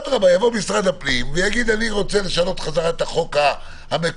יבוא משרד הפנים ויאמר: אני רוצה לשנות חזרה את החוק המקורי,